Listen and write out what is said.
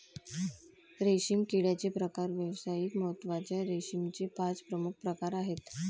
रेशीम किड्याचे प्रकार व्यावसायिक महत्त्वाच्या रेशीमचे पाच प्रमुख प्रकार आहेत